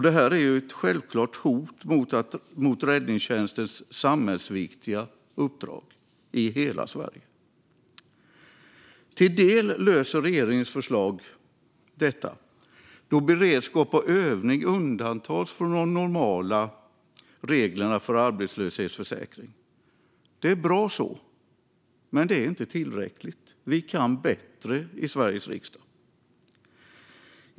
Detta är självklart ett hot mot räddningstjänstens samhällsviktiga uppdrag i hela Sverige. Till del löser regeringens förslag detta då beredskap och övning undantas från de normala reglerna för arbetslöshetsförsäkring. Det är bra så, men det är inte tillräckligt. Vi kan bättre i Sveriges riksdag.